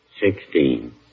Sixteen